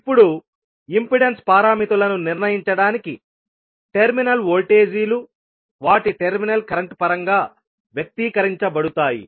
ఇప్పుడు ఇంపెడెన్స్ పారామితులను నిర్ణయించడానికి టెర్మినల్ వోల్టేజీలు వాటి టెర్మినల్ కరెంట్ పరంగా వ్యక్తీకరించబడతాయి